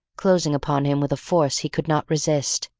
closing upon him with a force he could not resist,